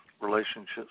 relationships